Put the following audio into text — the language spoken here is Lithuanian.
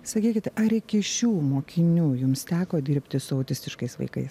sakykit ar iki šių mokinių jums teko dirbti su autistiškais vaikais